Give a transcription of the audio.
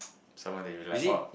someone that you like oh